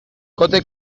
kote